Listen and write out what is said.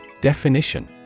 Definition